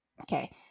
Okay